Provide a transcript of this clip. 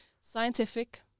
scientific